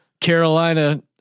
Carolina